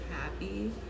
happy